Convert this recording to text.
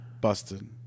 busted